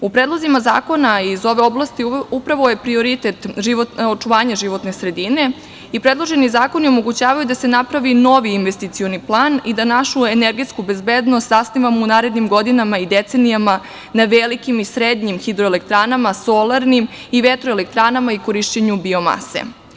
U predlozima zakona iz ove oblasti upravo je prioritet očuvanje životne sredine i predloženi zakoni omogućavaju da se napravi novi investicioni plan i da našu energetsku bezbednost zasnivamo u narednim godinama i decenijama na velikim i srednjim hidroelektranama solarnim i vetroelektranama i korišćenju biomase.